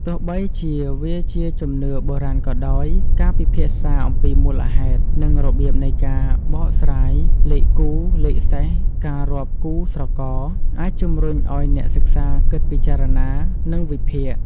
ទោះបីជាវាជាជំនឿបុរាណក៏ដោយ ការពិភាក្សាអំពីមូលហេតុ និងរបៀបនៃការបកស្រាយ លេខគូ លេខសេស ការរាប់គូស្រករ អាចជំរុញឲ្យអ្នកសិក្សាគិតពិចារណា និងវិភាគ។